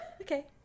Okay